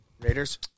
Raiders